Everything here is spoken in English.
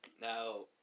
Now